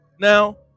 Now